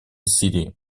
сирии